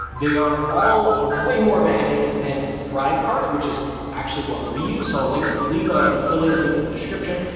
they are all way more of a headache than thrive cart, which is actually what we use. so link leaver and affiliate link in the description.